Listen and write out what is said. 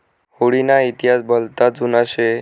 हुडी ना इतिहास भलता जुना शे